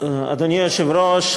אדוני היושב-ראש,